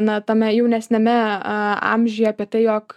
na tame jaunesniame amžiuje apie tai jog